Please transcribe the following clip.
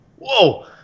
whoa